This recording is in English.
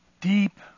deep